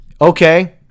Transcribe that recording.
Okay